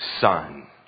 Son